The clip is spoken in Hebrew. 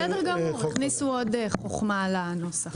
בסדר גמור, הכניסו עוד חכמה לנוסח.